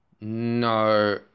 No